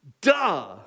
duh